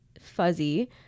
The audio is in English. fuzzy